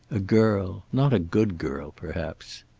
a girl. not a good girl, perhaps.